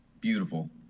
beautiful